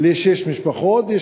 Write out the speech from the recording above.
לשש משפחות,